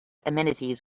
amenities